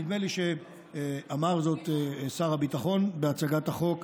נדמה לי שאמר זאת שר הביטחון בהצגת החוק,